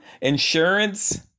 Insurance